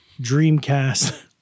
Dreamcast